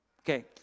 Okay